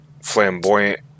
flamboyant